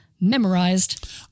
memorized